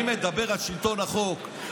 אני מדבר על שלטון החוק.